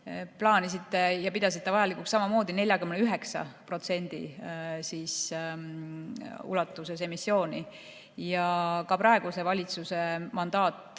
viitas, ja pidasite vajalikuks samamoodi 49% ulatuses emissiooni. Ka praeguse valitsuse mandaat